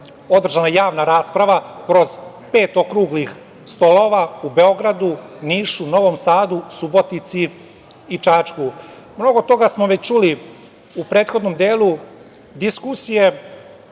održana javna rasprava kroz pet okruglih stolova u Beogradu, Nišu, Novom Sadu, Subotici i Čačku. Mnogo toga smo već čuli u prethodnom delu diskusije,